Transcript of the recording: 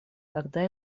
когда